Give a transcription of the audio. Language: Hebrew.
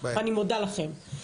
אני מודה לכם.